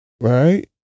Right